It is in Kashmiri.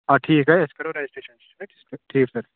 آ ٹھیٖک أسۍ کَرَو رَجَسٹریشَن ٹھیٖک سَر